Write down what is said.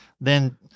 Then-